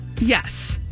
yes